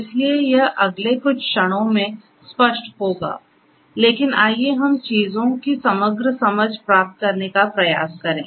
इसलिए यह अगले कुछ क्षणों में स्पष्ट होगा लेकिन आइए हम चीजों की समग्र समझ प्राप्त करने का प्रयास करें